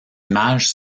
images